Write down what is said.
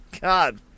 God